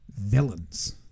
Villains